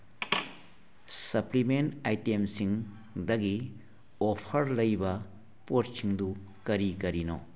supplement ꯑꯥꯏꯇꯦꯝꯁꯤꯡꯗꯒꯤ offer ꯂꯩꯕ ꯄꯣꯠꯁꯤꯡꯗꯨ ꯀꯔꯤ ꯀꯔꯤꯅꯣ